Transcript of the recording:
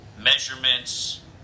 measurements